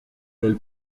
elle